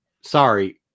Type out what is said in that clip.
sorry